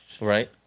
Right